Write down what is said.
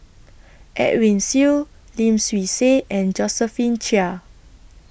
Edwin Siew Lim Swee Say and Josephine Chia